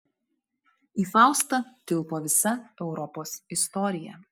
į faustą tilpo visa europos istorija